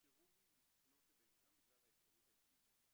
שאפשרו לי לפנות אליהם גם בגלל ההיכרות האישית שלי איתם,